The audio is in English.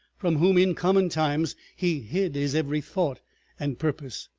from whom in common times he hid his every thought and purpose.